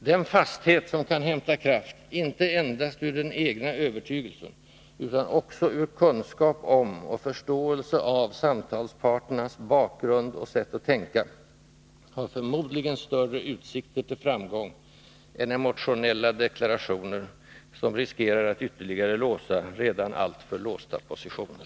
Den fasthet som kan hämta kraft, inte endast ur den egna övertygelsen utan också ur kunskap om och förståelse av samtalspartnernas bakgrund och sätt att tänka, har förmodligen större utsikter till framgång än emotionella deklarationer, som riskerar att ytterligare låsa redan alltför låsta positioner.